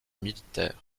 militaires